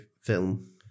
film